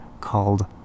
called